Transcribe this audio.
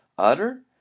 Utter